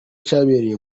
cyabereye